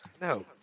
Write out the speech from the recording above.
No